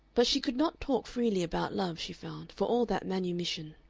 but she could not talk freely about love, she found, for all that manumission.